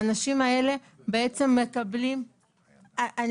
האנשים האלה בעצם מקבלים --- אני